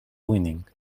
winning